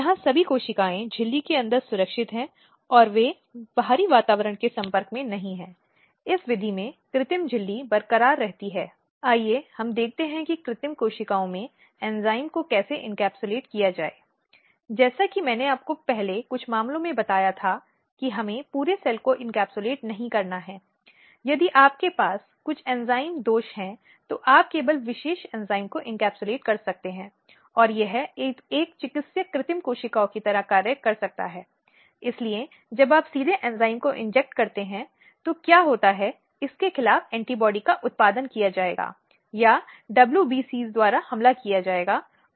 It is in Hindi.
चूंकि हम लिंग आधारित हिंसा की बात कर रहे हैं इसलिए हम महिलाओं के संदर्भ में बात कर रहे हैं हालांकि हिंसा की यह परिभाषा एक सामान्य परिभाषा से अधिक है जहां यह तब हो सकती है जब यह महिलाओं के खिलाफ अपराध होता है यह लिंग आधारित हिंसा का रंग लेती है